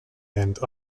and